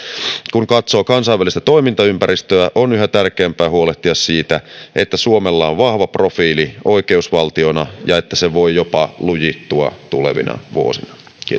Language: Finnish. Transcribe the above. kun katsoo kansainvälistä toimintaympäristöä on yhä tärkeämpää huolehtia siitä että suomella on vahva profiili oikeusvaltiona ja että se voi jopa lujittua tulevina vuosina